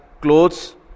clothes